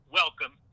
welcome